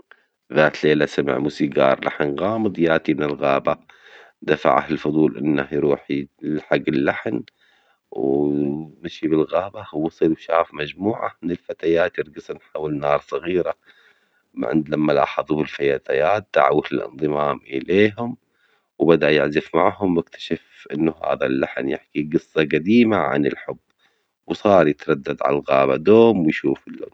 ذات ليلة سمع موسيجار لحن غامض يأتي من الغابة، دفعه الفضول إنه يروح يلحج اللحن وم- مشي من الغابة وصل شاف مجموعة من الفتيات يرجصن حول نار صغيرة ما عند لما لاحظو الفتيات دعوه للانضمام إليهم، وبدأ يعزف معهم واكتشف إنه هذا اللحن يحكي جصة جديمة عن الحب وصار يتردد على الغابة دوم يشوفهم.